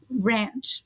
rent